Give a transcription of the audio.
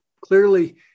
clearly